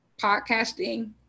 podcasting